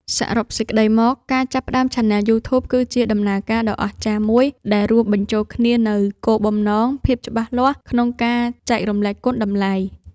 សរុបសេចក្ដីមក ការចាប់ផ្តើមឆានែលយូធូប គឺជាដំណើរការដ៏អស្ចារ្យមួយដែលរួមបញ្ចូលគ្នានូវ គោលបំណង ភាពច្បាស់លាស់ក្នុងការចែករំលែកគុណតម្លៃ ។